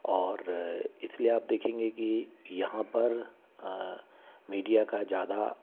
और इसलिए आप देखेंगे कि यहाँ पर मीडिया का ज़्यादा